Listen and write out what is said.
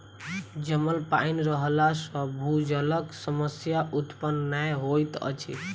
जमल पाइन रहला सॅ भूजलक समस्या उत्पन्न नै होइत अछि